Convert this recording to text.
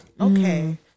Okay